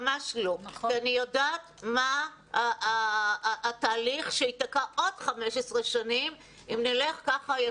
אני יודעת מה התהליך שיקרה אם נלך עם